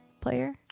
player